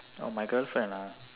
oh my girlfriend ah